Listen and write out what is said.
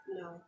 No